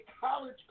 college